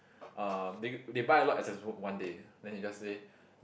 uh they they buy a lot of assessment book one day then they just say